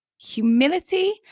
humility